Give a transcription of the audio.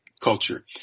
culture